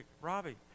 Robbie